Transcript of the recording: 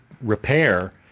repair